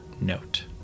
note